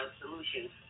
Solutions